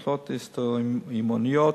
מחלות אוטואימוניות,